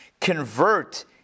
convert